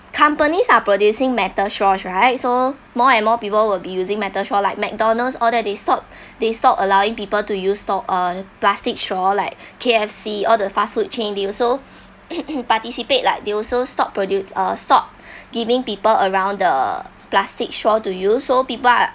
companies are producing metal straws right so more and more people will be using metal straw like mcdonalds all they they stopped they stopped allowing people to use straw uh plastic straw like K_F_C all the fast food chain they also participate like they also stopped produce uh stopped giving people around the plastic straw to use so people are